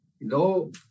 no